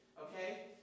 okay